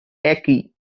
aki